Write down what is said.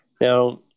Now